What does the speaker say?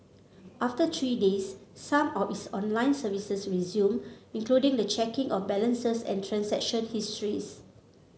after three days some of its online services resumed including the checking of balances and transaction histories